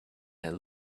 had